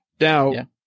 Now